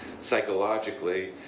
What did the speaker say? psychologically